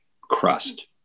crust